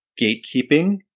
gatekeeping